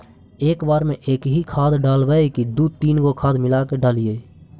एक बार मे एकही खाद डालबय की दू तीन गो खाद मिला के डालीय?